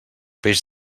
peix